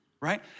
Right